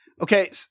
Okay